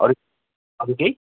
अरू अरू केही